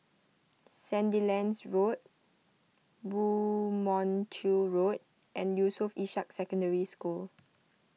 Sandilands Road Woo Mon Chew Road and Yusof Ishak Secondary School